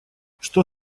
что